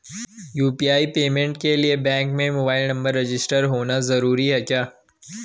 UPI payment के लिए bank में मोबाइल नंबर रजिस्टर्ड होना जरूरी है क्या?